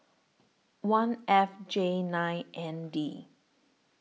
one F J nine N D